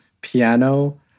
piano